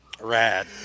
Rad